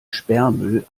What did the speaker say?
sperrmüll